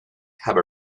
have